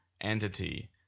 entity